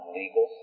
legal